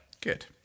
Good